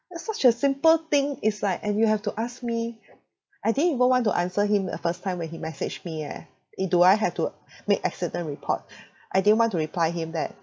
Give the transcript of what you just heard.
a such a simple thing is like and you have to ask me I didn't even want to answer him the first time when he messaged me eh eh do I have to make accident report I didn't want to reply him that